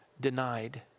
denied